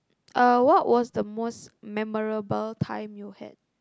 uh what was the most memorable time you had